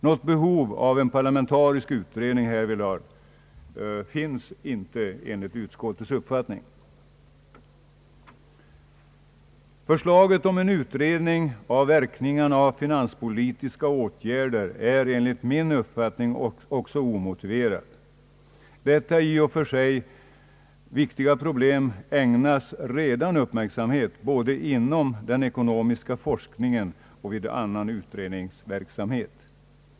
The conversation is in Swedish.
Något behov av en parlamentarisk utredning härvidlag finns inte enligt utskottets uppfattning. Förslaget om en utredning av verkningarna av finanspolitiska åtgärder är enligt min uppfattning också omotiverat. Detta i och för sig viktiga problem ägnas redan uppmärksamhet både inom den ekonomiska forskningen och vid annan utredningsverksamhet.